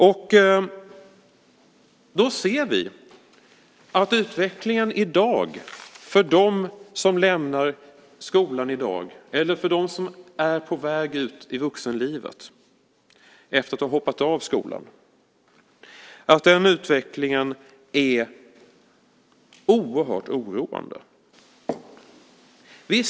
Vi ser att utvecklingen för dem som i dag lämnar skolan, eller för dem som är på väg ut i vuxenlivet efter att ha hoppat av skolan, är mycket oroande.